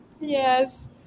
Yes